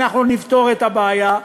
אנחנו נפתור את הבעיה,